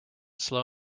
slow